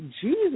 Jesus